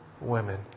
women